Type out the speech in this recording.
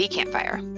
Campfire